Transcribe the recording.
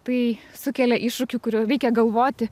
tai sukelia iššūkių kurių reikia galvoti